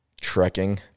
trekking